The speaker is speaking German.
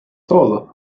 toll